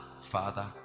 father